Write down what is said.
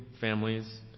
families